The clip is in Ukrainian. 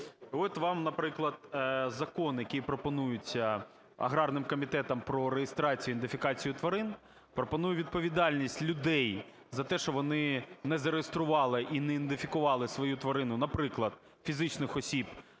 От вам, наприклад, Закон, який пропонується аграрним комітетом, про реєстрацію, ідентифікацію тварин, пропонує відповідальність людей за те, що вони не зареєстрували і не ідентифікували свою тварину, наприклад, фізичних осіб